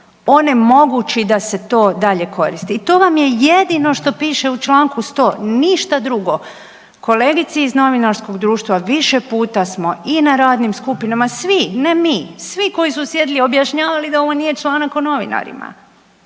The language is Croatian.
onemogući da se to dalje koristi i to vam je jedino što piše u čl. 100. Ništa drugo. Kolegici iz novinarskog društva više puta smo i na radnim skupinama, svi, ne mi, svi koji su sjedili objašnjavali da ovo nije članak o novinarima.